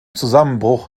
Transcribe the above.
zusammenbruch